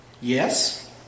Yes